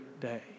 day